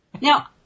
Now